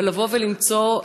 למצוא,